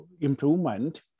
improvement